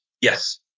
Yes